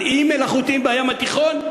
על אי מלאכותי בים התיכון?